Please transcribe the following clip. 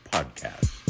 Podcast